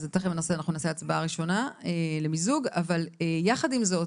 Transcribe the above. תכף נקיים הצבעה ראשונה למיזוג, אבל יחד עם זאת,